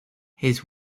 his